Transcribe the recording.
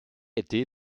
été